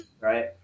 right